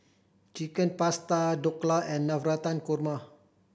Chicken Pasta Dhokla and Navratan Korma